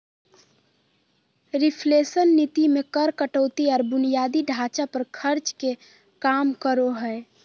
reflation नीति मे कर कटौती आर बुनियादी ढांचा पर खर्च के काम करो हय